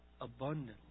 abundantly